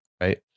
right